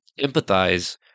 empathize